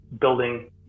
building